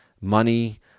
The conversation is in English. money